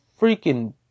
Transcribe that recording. freaking